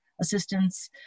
assistance